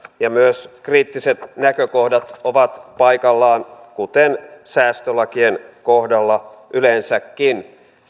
ja myös kriittiset näkökohdat ovat paikallaan kuten säästölakien kohdalla yleensäkin